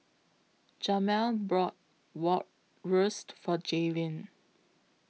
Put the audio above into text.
Jamel bought Bratwurst For Jaylin